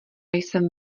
jsem